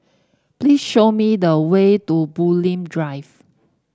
please show me the way to Bulim Drive